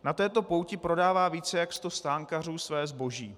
Na této pouti prodává více jak sto stánkařů své zboží.